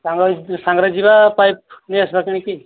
ସାଙ୍ଗ ହେଇକି ସାଙ୍ଗରେ ଯିବା ପାଇପ୍ ନେଇ ଆସିବା କିଣିକି